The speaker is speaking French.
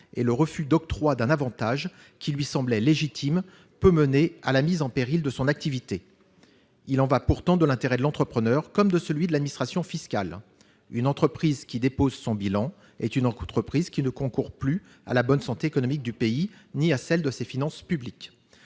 et le refus d'octroi d'un avantage qui lui semblait légitime peut mener à la mise en péril de son activité. Il y va pourtant de l'intérêt de l'entrepreneur comme de celui de l'administration fiscale : une entreprise qui dépose le bilan est une entreprise qui ne concourt plus à la bonne santé économique du pays ni à celle de ses finances publiques.